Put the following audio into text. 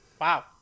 Wow